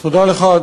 תודה לך,